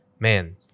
Man